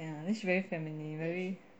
yeah then she very feminine very